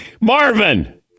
Marvin